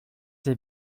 ses